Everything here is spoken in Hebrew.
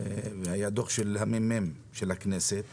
מחקר ודו"ח של הממ"מ שמדבר על כך שיותר